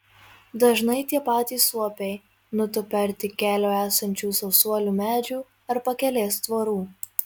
dažnai tie patys suopiai nutupia arti kelio esančių sausuolių medžių ar pakelės tvorų